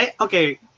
Okay